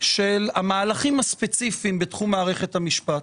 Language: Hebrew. של המהלכים הספציפיים בתחום מערכת המשפט.